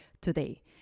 today